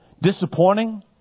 disappointing